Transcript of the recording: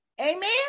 Amen